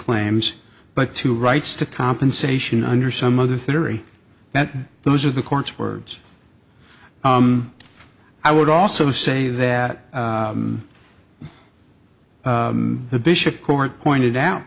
claims but to rights to compensation under some other theory that those are the courts words i would also say that the bishop court pointed out